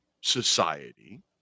society